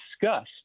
discussed